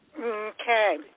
Okay